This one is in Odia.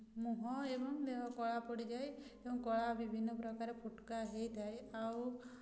ମୁହଁ ଏବଂ ଦେହ କଳା ପୋଡ଼ିଯାଏ ଏବଂ କଳା ବିଭିନ୍ନ ପ୍ରକାର ଫୋଟକା ହେଇଥାଏ ଆଉ